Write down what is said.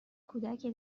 کودکی